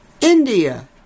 India